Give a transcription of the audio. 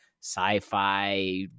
sci-fi